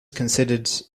considered